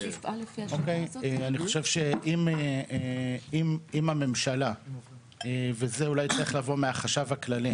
אני חושב שאם הממשלה וזה אולי צריך לבוא מהחשב הכללי,